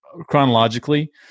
chronologically